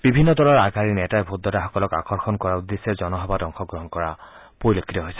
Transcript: বিভিন্ন দলৰ আগশাৰীৰ নেতাই ভোটদাতাসকলৰ মন আকৰ্ষণ কৰাৰ উদ্দেশ্যে জনসভাত অংশগ্ৰহণ কৰা পৰিলক্ষিত হৈছে